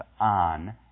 on